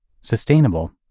sustainable